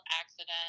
accident